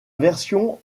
version